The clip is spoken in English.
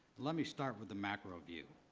let me start with the macro view.